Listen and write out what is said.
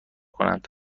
کنند